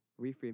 reframe